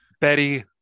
Betty